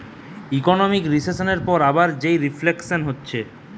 economic রিসেসনের পরে আবার যেই রিফ্লেকশান হতিছে